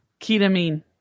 ketamine